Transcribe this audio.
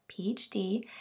PhD